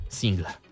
single